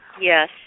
Yes